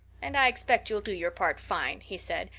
and i expect you'll do your part fine, he said,